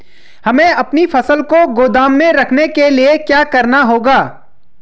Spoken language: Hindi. हमें अपनी फसल को गोदाम में रखने के लिये क्या करना होगा?